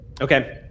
okay